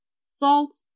salt